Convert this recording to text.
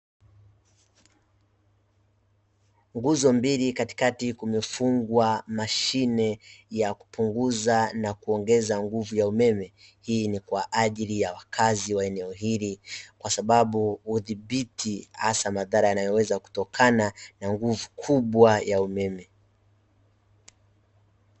Nguzo mbili katikati kumefungwa mashine ya kupunguza na kuongeza nguvu ya umeme, hii ni kwa ajili ya wakazi wa eneo hili kwasababu hudhibiti hasa madhara yanayoweza kutokana na nguvu kubwa ya umeme.